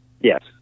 Yes